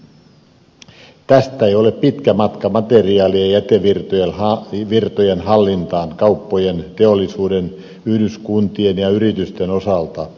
tästä ei ole pitkä matka materiaali ja jätevirtojen hallintaan kauppojen teollisuuden yhdyskuntien ja yritysten osalta